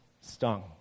stung